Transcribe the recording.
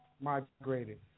migrated